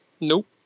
nope